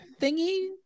thingy